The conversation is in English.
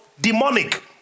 demonic